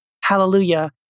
Hallelujah